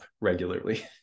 regularly